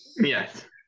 Yes